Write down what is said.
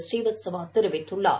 ஸ்ரீவத்சவா தெரிவித்துள்ளார்